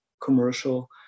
commercial